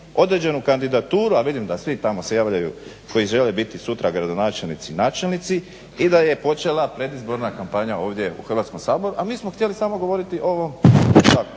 određenu kandidaturu, a vidim da svi tamo se javljaju koji žele biti sutra gradonačelnici i načelnici i da je počela predizborna kompanija ovdje u Hrvatskom saboru, a mi smo htjeli samo govoriti o ovom.